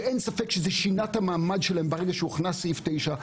שאין ספק שברגע שהוכנס סעיף 9,